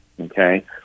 okay